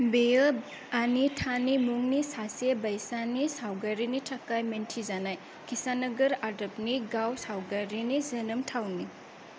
बेयो आनि थानि मुंनि सासे बैसानि सावगारिनि थाखाय मिन्थिजानाय किसानगर आदबनि गाब सावगारिनि जोनोम थावनि